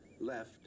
left